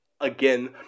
again